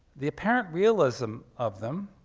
the apparent realism of them,